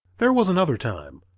there was another time,